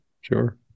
Sure